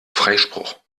freispruch